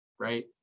right